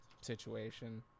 situation